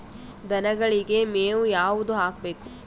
ದನಗಳಿಗೆ ಮೇವು ಯಾವುದು ಹಾಕ್ಬೇಕು?